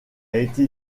été